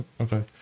Okay